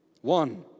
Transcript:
One